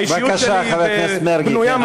האישיות שלי בנויה מספיק טוב.